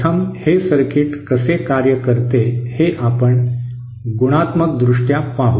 प्रथम हे सर्किट कसे कार्य करते हे आपण गुणात्मकदृष्ट्या पाहू